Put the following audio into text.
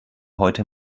heute